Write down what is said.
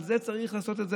על זה צריך לעשות את זה?